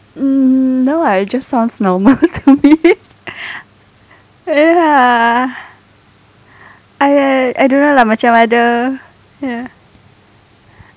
mm no ah it just sounds normal to me ya I I don't know lah macam ada ya